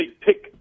pick